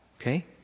Okay